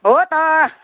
हो त